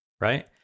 right